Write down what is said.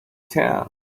town